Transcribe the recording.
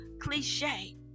cliche